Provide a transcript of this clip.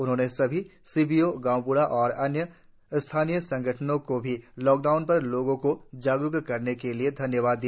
उन्होंने सभी सीबीओ गाँव बराह और अन्य स्थानीय संगठनों को भी लॉकडाउन पर लोगों को जागरूक करने के लिए धन्यवाद दिया